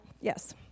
Yes